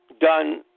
done